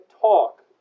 talk